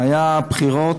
היו בחירות.